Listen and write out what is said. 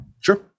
Sure